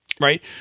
Right